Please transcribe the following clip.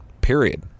period